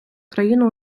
країну